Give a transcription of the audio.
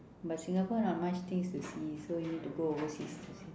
but singapore not much things to see so we need to go overseas to see